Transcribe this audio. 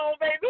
baby